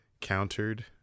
countered